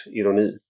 ironi